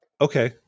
Okay